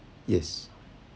yes